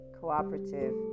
cooperative